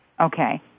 Okay